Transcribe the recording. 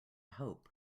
hope